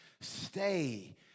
stay